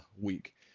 week